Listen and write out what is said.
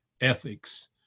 ethics